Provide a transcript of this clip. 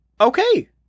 okay